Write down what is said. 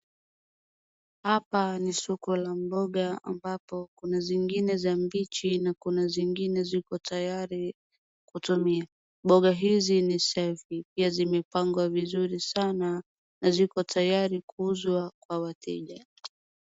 Hapa ni soko la mboga ambapo kuna zingine za mbichi na kuna zingine ziko tayari kutumia. Mboga hizi ni safi pia zimepangwa vizuri sana na ziko tayari kuuzwa kwa wateja.